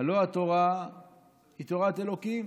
הלוא התורה היא תורת אלוקים.